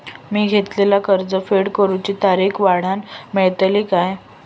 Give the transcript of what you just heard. मी घेतलाला कर्ज फेड करूची तारिक वाढवन मेलतली काय?